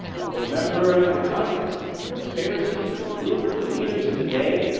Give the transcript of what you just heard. well remember the context, remember the pharisees, the rulers, the leaders of the day,